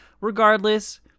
Regardless